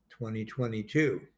2022